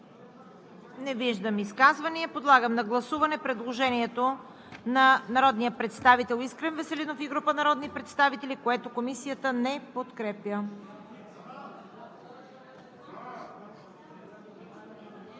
Не виждам. Подлагам на гласуване предложението на народния представител Искрен Веселинов и група народни представители, което Комисията не подкрепя.